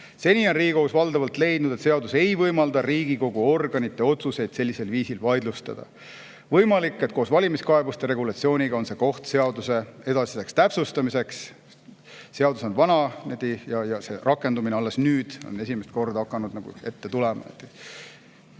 Seni on Riigikohus valdavalt leidnud, et seadus ei võimalda Riigikogu organite otsuseid sellisel viisil vaidlustada. Võimalik, et koos valimiskaebuste regulatsiooniga on see koht seaduse edasiseks täpsustamiseks. Seadus on vana ja selle rakendamine on alles nüüd esimest korda hakanud [probleeme